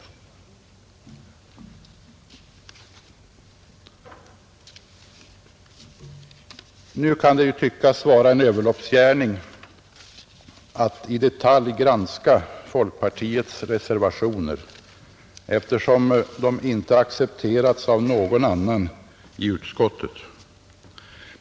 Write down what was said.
Det kan tyckas vara en överloppsgärning att i detalj granska folkpartiets reservationer, eftersom de inte accepterats av något annat partis representant i utskottet.